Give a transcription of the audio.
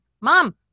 mom